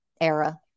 era